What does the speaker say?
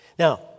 Now